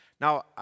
Now